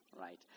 Right